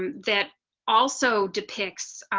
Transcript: um that also depicts